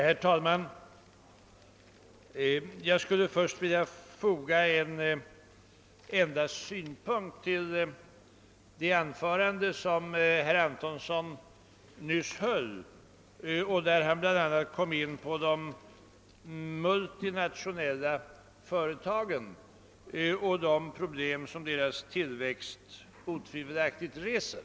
Herr talman! Jag skulle först vilja foga en enda synpunkt till det anförande som herr Antonsson nyss höll och där han bl.a. kom in på de multinationella företagen och de problem som deras tillväxt otvivelaktigt reser.